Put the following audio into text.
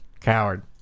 Coward